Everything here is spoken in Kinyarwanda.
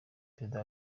perezida